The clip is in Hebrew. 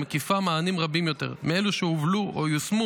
ומקיפה מענים רבים יותר מאלו שהובלו או יושמו